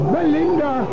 Melinda